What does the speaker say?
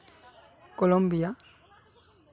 Columbia